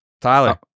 Tyler